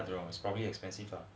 I don't know probably very expensive ah